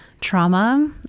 trauma